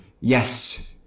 Yes